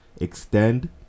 extend